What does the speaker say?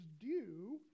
due